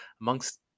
amongst